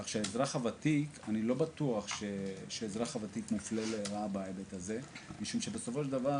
כך שאני לא בטוח שהאזרח הוותיק מופלה לרעה בהיבט הזה משום שבסופו של דבר